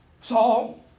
Saul